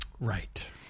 Right